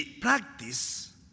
practice